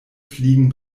fliegen